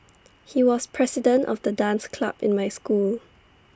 he was the president of the dance club in my school